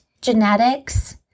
genetics